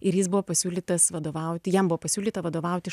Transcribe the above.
ir jis buvo pasiūlytas vadovauti jam buvo pasiūlyta vadovauti